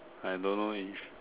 I don't know if